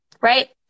right